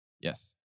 Yes